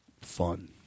fun